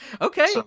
Okay